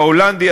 ההולנדי,